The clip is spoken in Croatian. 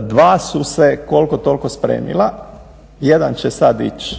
Dva su se koliko toliko spremila. Jedan će sad ići